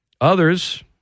Others